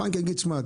הבנק יגיד תשמע,